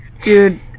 Dude